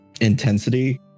intensity